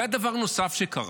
היה דבר נוסף שקרה: